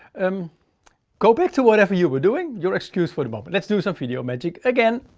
um go back to whatever you were doing, you're excused for the moment. let's do some video magic again.